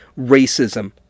racism